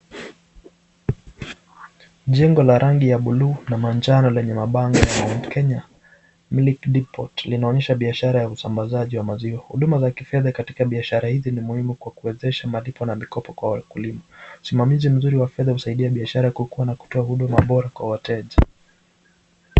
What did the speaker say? Jengo la rangi ya blue na manjano yenye mabano ya Kenya Milk Depot inaonyesha biashara ya usambazaji wa maziwa, huduma za kifedha katika biashara hii ni muhimu kwa kuwezesha malipo na mikopo kwa wakulima, usimamizi mzuri wa fedha husaidia biashara kukuwa na kutoa huduma bora kwa wateja.